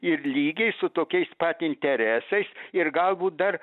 ir lygiai su tokiais pat interesais ir galbūt dar